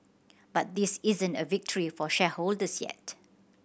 but this isn't a victory for shareholders yet